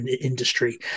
industry